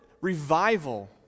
revival